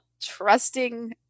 trusting